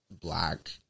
black